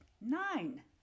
nine